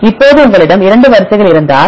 இப்போது உங்களிடம் 2 வரிசைகள் இருந்தால்